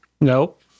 Nope